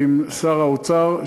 ועם שר האוצר,